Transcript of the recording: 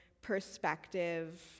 perspective